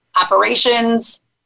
operations